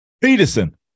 Peterson